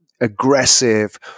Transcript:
aggressive